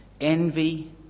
envy